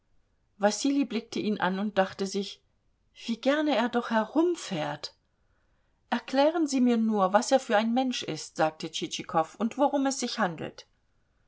wassilij blickte ihn an und dachte sich wie gerne er doch herumfährt erklären sie mir nur was er für ein mensch ist sagte tschitschikow und worum es sich handelt